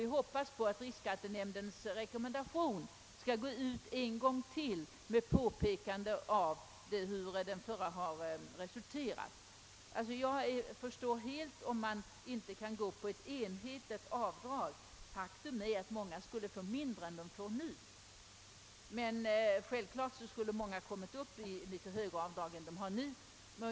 Vi hoppas att riksskattenämndens rekommendation skall gå ut en gång till med påpekande av de ojämnheter som uppstått. Jag förstår helt att man inte kan införa ett enhetligt avdrag. Faktum är att många därigenom skulle få mindre än de får nu, även om åtskilliga naturligtvis skulle komma upp i litet högre avdrag än för närvarande.